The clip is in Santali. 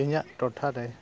ᱤᱧᱟᱹᱜ ᱴᱚᱴᱷᱟᱨᱮ